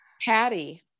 Patty